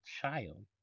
child